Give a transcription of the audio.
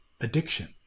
addiction